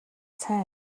сайн